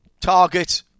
target